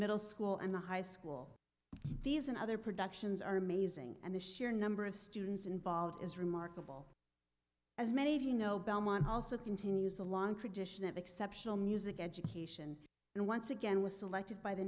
middle school and the high school these and other productions are amazing and the sheer number of students involved is remarkable as many of you know belmont also continues a long tradition of exceptional music education and once again was selected